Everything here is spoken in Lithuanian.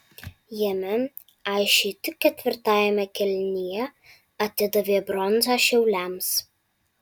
jame aisčiai tik ketvirtajame kėlinyje atidavė bronzą šiauliams